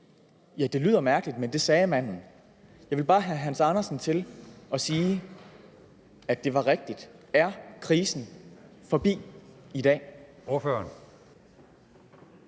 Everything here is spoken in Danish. det lyder mærkeligt, men det sagde manden. Jeg vil bare have hr. Hans Andersen til at sige, at det er rigtigt. Er krisen forbi i dag?